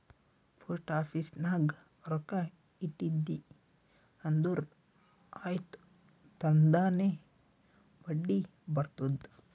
post office ನಾಗ್ ರೊಕ್ಕಾ ಇಟ್ಟಿದಿ ಅಂದುರ್ ಆಯ್ತ್ ತನ್ತಾನೇ ಬಡ್ಡಿ ಬರ್ತುದ್